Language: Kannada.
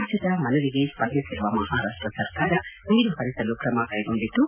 ರಾಜ್ಟದ ಮನವಿಗೆ ಸ್ಪಂದಿಸಿರುವ ಮಹಾರಾಷ್ಟ ಸರ್ಕಾರ ನೀರು ಹರಿಸಲು ಕ್ರಮ ಕೈಗೊಂಡಿದ್ದು